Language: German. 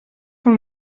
von